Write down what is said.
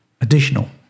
additional